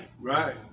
Right